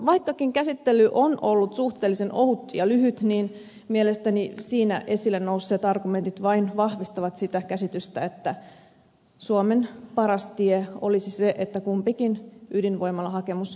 vaikkakin käsittely on ollut suhteellisen ohut ja lyhyt niin mielestäni siinä esille nousseet argumentit vain vahvistavat sitä käsitystä että suomen paras tie olisi se että kumpikin ydinvoimalahakemus